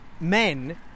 Men